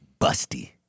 busty